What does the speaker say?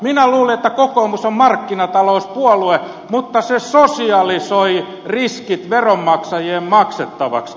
minä luulin että kokoomus on markkinatalouspuolue mutta se sosialisoi riskit veronmaksajien maksettavaksi